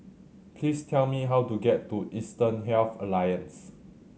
please tell me how to get to Eastern Health Alliance